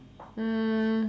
um